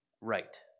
right